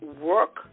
work